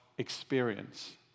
Experience